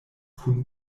kun